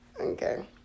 Okay